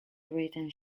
written